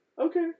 Okay